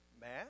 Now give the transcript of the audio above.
math